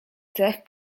cech